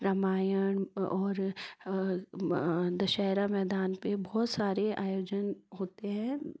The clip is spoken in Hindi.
रामायण और दशहरा मैदान पर बहुत सारे आयोजन होते हैं